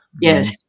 Yes